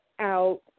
out